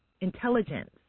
intelligence